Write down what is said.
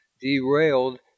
derailed